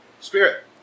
spirit